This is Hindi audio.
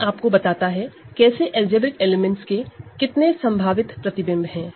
तो यह आप को बताता है कैसे अलजेब्रिक एलिमेंट्स की कितनी संभावित इमेज है